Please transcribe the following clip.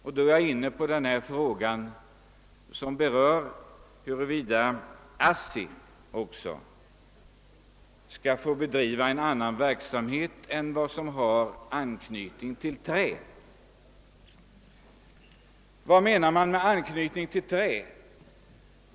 Jag kommer härmed också in på frågan, huruvida ASSI skall få bedriva en annan verksamhet än som har anknytning till trä. Vad menar man med anknytning till trä?